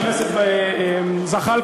מי שנגד ערבים הוא אנטישמי.